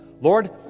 Lord